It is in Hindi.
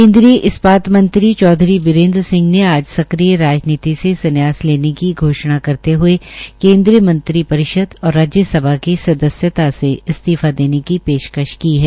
केन्द्रीय इस्पात मंत्री चौधरी बीरेन्द्र सिंह ने आज सक्रिय राजनीति से संन्यास लेने की घोषणा करते हृए केन्द्रीय मंत्रिपरिषद और राज्यसभा की सदस्यता से इस्तीफा देने की पेशकश की है